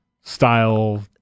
style